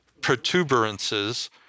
protuberances